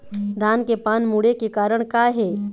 धान के पान मुड़े के कारण का हे?